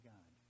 God